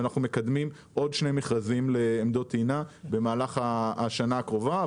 ואנחנו מקדמים עוד שני מכרזים לעמדות טעינה במהלך השנה הקרובה.